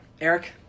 Eric